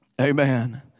Amen